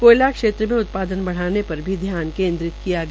कोयला क्षेत्र के उत्पादन बढ़ाने पर भी ध्यान केन्द्रित किया गया